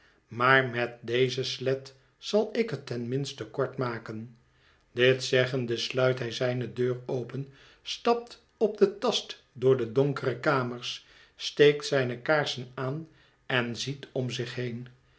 maar met deze slet zal ik het ten minste kort maken dit zeggende sluit hij zijne deur open stapt op den tast door de donkere kamers steekt zijne kaarsen aan en ziet om zich heen